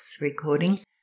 recording